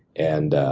and